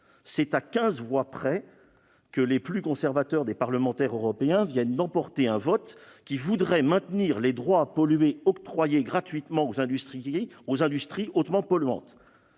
À quinze voix près, les plus conservateurs des parlementaires européens viennent d'emporter un vote qui voudrait maintenir les droits à polluer octroyés gratuitement aux industries hautement polluantes.